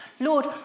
Lord